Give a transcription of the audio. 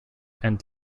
and